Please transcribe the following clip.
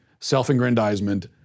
self-aggrandizement